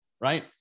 right